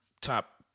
Top